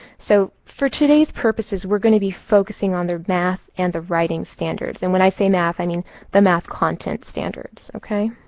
so for today's purposes, we're going to be focusing on the math and the writing standards. and when i say math, i mean the math content standards.